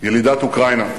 ילידת אוקראינה.